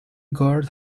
guard